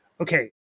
Okay